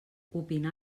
opinar